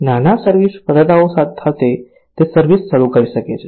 નાના સર્વિસ પ્રદાતાઓ તે સર્વિસ શરૂ કરી શકે છે